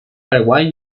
paraguay